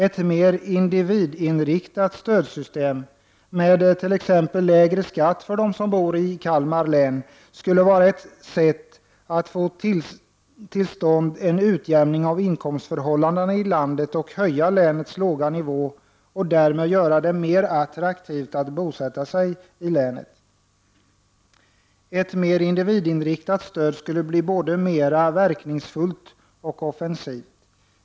Ett mer individinriktat stödsystem, med t.ex. lägre skatt för dem som bor i Kalmar län, skulle vara ett sätt att få till stånd en utjämning av inkomstförhållandena i landet och höja länets låga nivå och därmed göra det mer attraktivt att bosätta sig i länet. Ett mer individinriktat stöd skulle bli både mera verkningsfullt och offensivt.